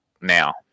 now